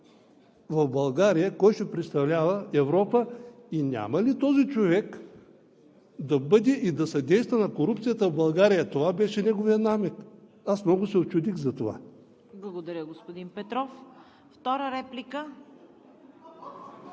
в България, кой ще представлява Европа и няма ли този човек да бъде и да съдейства на корупцията в България? Това беше неговият намек. Аз много се учудих за това. ПРЕДСЕДАТЕЛ ЦВЕТА КАРАЯНЧЕВА: Благодаря, господин Петров. Втора реплика?